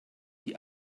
die